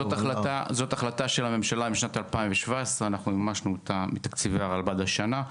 זאת החלטת ממשלה משנת 2017 ואנחנו מימשנו אותה מתקציבי הרלב"ד השנה.